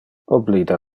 oblida